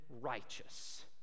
righteous